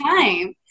time